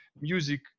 Music